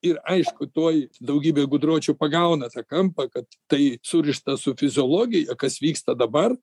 ir aišku toji daugybė gudročių pagauna tą kampą kad tai surišta su fiziologija kas vyksta dabar